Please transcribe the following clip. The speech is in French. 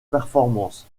performances